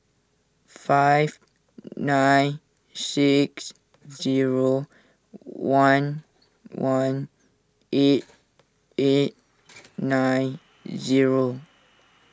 five nine six zero one one eight eight nine zero